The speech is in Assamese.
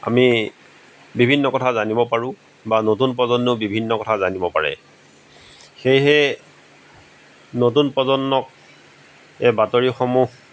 আমি বিভিন্ন কথা জানিব পাৰো বা নতুন প্ৰজন্মই বিভিন্ন কথা জানিব পাৰে সেয়েহে নতুন প্ৰজন্মক এই বাতৰিসমূহ